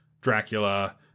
Dracula